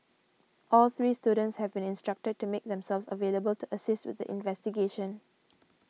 all three students have been instructed to make themselves available to assist with the investigation